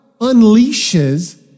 unleashes